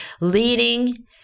leading